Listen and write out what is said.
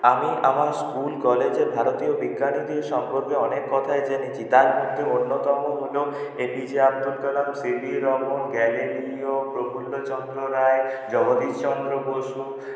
আমি আমার স্কুল কলেজে ভারতীয় বিজ্ঞানীদের সম্পর্কে অনেক কথাই জেনেছি তার মধ্যে অন্যতম হল এপিজে আবদুল কালাম সিভি রমন গ্যালিলিও প্রফুল্লচন্দ্র রায় জগদীশচন্দ্র বসু